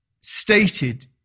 stated